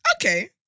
Okay